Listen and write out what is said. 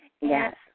Yes